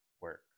work